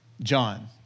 John